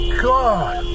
god